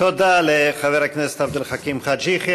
תודה לחבר הכנסת עבד אל-חכים חאג' יחיא.